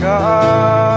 God